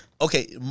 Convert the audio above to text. Okay